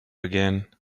again